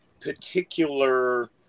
particular